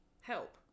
help